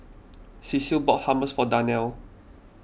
Cecil bought Hummus for Darnell